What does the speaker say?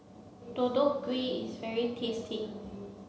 Deodeok Gui is very tasty